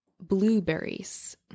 blueberries